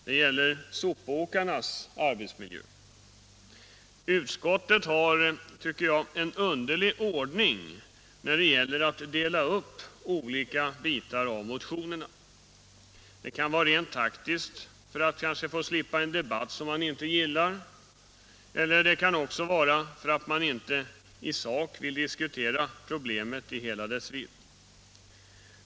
Det gäller sopåkarnas arbetsmiljö. Utskottet har, tycker jag, en underlig ordning när det gäller att fördela olika bitar av motionerna. Det kan vara rent taktiskt för att slippa få en debatt som man inte gillar. Det kan också vara för att man inte i sak vill diskutera ett visst problem i hela dess vidd.